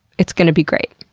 it's gonna be great.